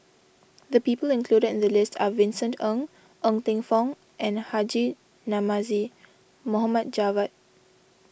the people included in the list are Vincent Ng Ng Teng Fong and Haji Namazie Mohd Javad